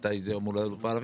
מתי זה אמור לעלות בערבית.